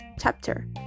chapter